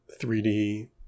3D